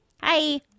hi